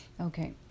Okay